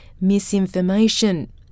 misinformation